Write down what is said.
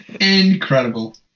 Incredible